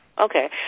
Okay